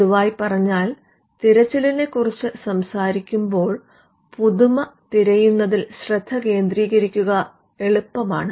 പൊതുവായി പറഞ്ഞാൽ തിരച്ചിലിനെക്കുറിച്ച് സംസാരിക്കുമ്പോൾ പുതുമ തിരയുന്നതിൽ ശ്രദ്ധ കേന്ദ്രികരിക്കുക എളുപ്പമാണ്